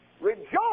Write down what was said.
Rejoice